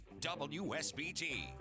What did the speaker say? WSBT